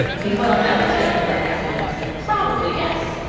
can you foil another type of records index? probably yes.